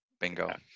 Bingo